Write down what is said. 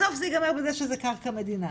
בסוף זה ייגמר בזה שזה קרקע מדינה.